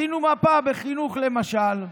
עשינו מפה בחינוך, למשל,